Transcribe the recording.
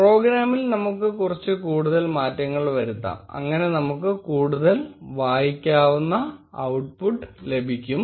പ്രോഗ്രാമിൽ നമുക്ക് കുറച്ച് കൂടുതൽ മാറ്റങ്ങൾ വരുത്താം അങ്ങനെ നമുക്ക് കൂടുതൽ വായിക്കാവുന്ന ഔട്ട്പുട്ട് ലഭിക്കും